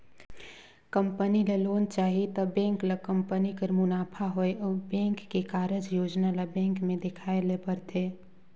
company ल loan चाही त बेंक ल कंपनी कर मुनाफा होए अउ बेंक के कारज योजना ल बेंक में देखाए ले परथे